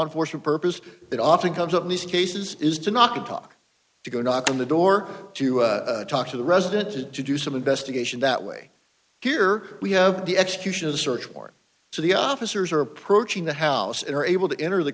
enforcement purpose that often comes up in these cases is to not to talk to go knock on the door to talk to the resident to do some investigation that way here we have the execution of the search warrant so the officers are approaching the house and are able to enter the